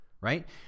right